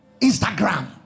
Instagram